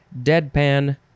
Deadpan